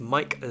Mike